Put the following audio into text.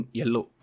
yellow